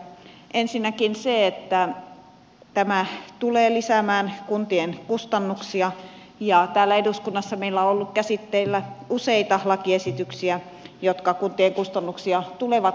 ensinnäkin on se että tämä tulee lisäämään kuntien kustannuksia ja täällä eduskunnassa meillä on ollut käsitteillä useita lakiesityksiä jotka kuntien kustannuksia tulevat lisäämään